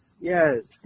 Yes